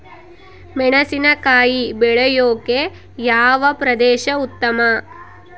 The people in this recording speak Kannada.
ಮೆಣಸಿನಕಾಯಿ ಬೆಳೆಯೊಕೆ ಯಾವ ಪ್ರದೇಶ ಉತ್ತಮ?